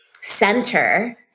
center